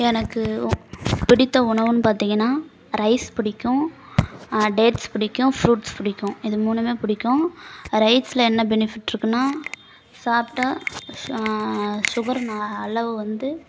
எனக்கு பிடித்த உணவுன்னு பார்த்திங்கன்னா ரைஸ் பிடிக்கும் டேட்ஸ் பிடிக்கும் ஃப்ரூட்ஸ் பிடிக்கும் இது மூணுமே பிடிக்கும் ரைஸில் என்ன பெனிஃபிட் இருக்குனால் சாப்பிட்டா சுகர்னா அளவு வந்து